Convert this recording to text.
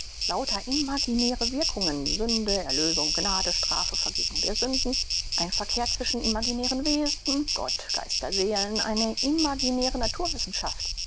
lauter imaginäre wirkungen sünde erlösung gnade strafe vergebung der sünde ein verkehr zwischen imaginären wesen gott geister seelen eine imaginäre naturwissenschaft